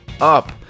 up